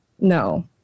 No